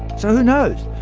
so, who knows.